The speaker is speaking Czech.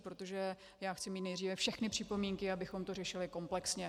Protože já chci mít nejdříve všechny připomínky, abychom to řešili komplexně.